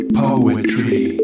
poetry